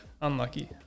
unlucky